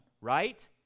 right